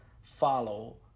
follow